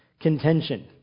contention